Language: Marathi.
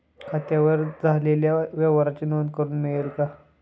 खात्यावर झालेल्या व्यवहाराची नोंद करून मिळेल का?